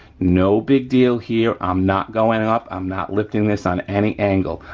no big deal here, i'm not going up, i'm not lifting this on any angle,